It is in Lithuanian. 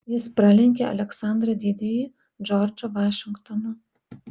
jis pralenkė aleksandrą didįjį džordžą vašingtoną